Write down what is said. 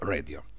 Radio